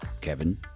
Kevin